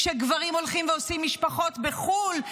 כאשר גברים הולכים ועושים משפחות בחו"ל,